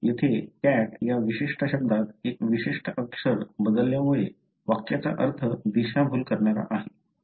येथे cat या विशिष्ट शब्दात एक विशिष्ट अक्षर बदलल्यामुळे वाक्याचा अर्थ दिशाभूल करणारा आहे